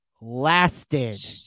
lasted